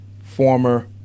former